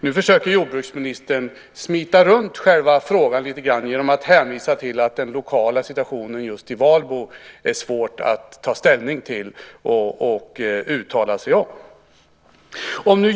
Nu försöker jordbruksministern smita runt själva frågan lite grann genom att hänvisa till att det är svårt att ta ställning till och uttala sig om den lokala situationen just i Valbo.